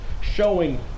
showing